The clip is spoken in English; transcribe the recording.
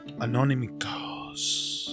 Anonymous